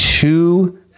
Two